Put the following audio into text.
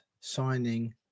signing